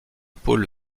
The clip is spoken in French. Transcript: paul